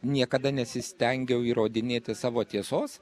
niekada nesistengiau įrodinėti savo tiesos